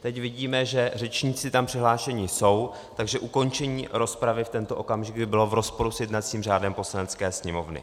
Teď vidíme, že řečníci tam přihlášeni jsou, takže ukončení rozpravy v tento okamžik by bylo v rozporu s jednacím řádem Poslanecké sněmovny.